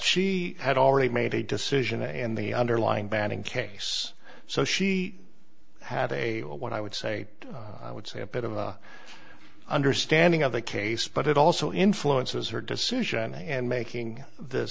she had already made a decision in the underlying banding case so she have a what i would say i would say a bit of a understanding of the case but it also influences her decision and making th